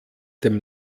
dem